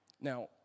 Now